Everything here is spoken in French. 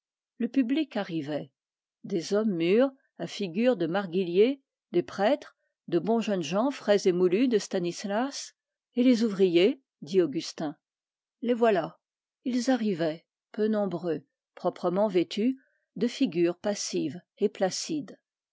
le public arrivait des hommes mûrs à figures de marguilliers des prêtres de bons jeunes gens frais émoulus de stanislas et les ouvriers dit augustin les voilà ils étaient peu nombreux proprement vêtus de figure passive et placide